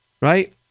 right